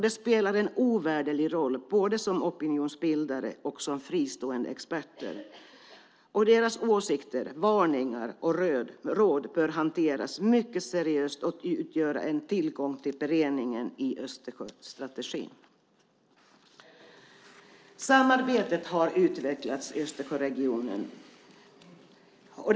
De spelar en ovärderlig roll både som opinionsbildare och som fristående experter. Deras åsikter, varningar och råd bör hanteras mycket seriöst och utgöra en tillgång i beredningen av Östersjöstrategin. Samarbetet i Östersjöregionen har utvecklats.